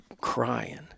crying